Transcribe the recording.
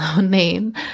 name